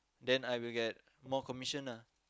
then I will get more commission lah